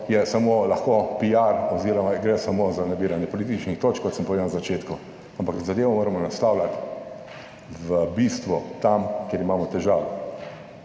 je samo lahko piar oziroma gre samo za nabiranje političnih točk, kot sem povedal na začetku, ampak zadevo moramo naslavljati v bistvu tam kjer imamo težave